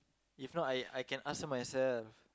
if not I I can ask her myself